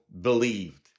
believed